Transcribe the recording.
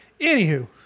Anywho